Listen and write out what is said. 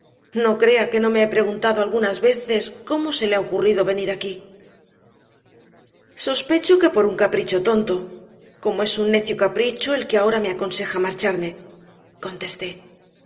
no crea que no me he preguntado algunas veces cómo se le ha ocurrido venir aquí sospecho que por un capricho tonto como es un necio capricho el que ahora me aconseja marcharme contesté